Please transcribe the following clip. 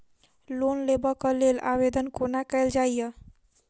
Loan लेबऽ कऽ लेल आवेदन कोना कैल जाइया?